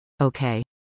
Okay